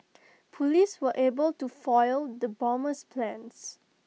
Police were able to foil the bomber's plans